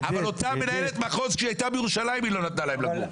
אבל אותה מנהלת מחוז כשהיא היתה בירושלים היא לא נתנה להם לגור.